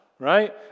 right